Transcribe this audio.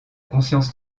conscience